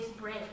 break